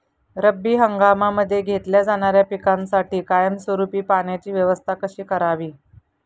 रब्बी हंगामामध्ये घेतल्या जाणाऱ्या पिकांसाठी कायमस्वरूपी पाण्याची व्यवस्था कशी करावी?